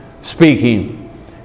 Speaking